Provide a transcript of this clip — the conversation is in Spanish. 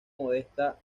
modesta